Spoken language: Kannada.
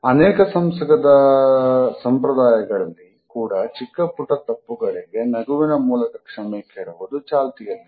ಅನೇಕ ಸಂಪ್ರದಾಯಗಳಲ್ಲಿ ಕೂಡ ಚಿಕ್ಕಪುಟ್ಟ ತಪ್ಪುಗಳಿಗೆ ನಗುವಿನ ಮೂಲಕ ಕ್ಷಮೆ ಕೇಳುವುದು ಚಾಲ್ತಿಯಲ್ಲಿದೆ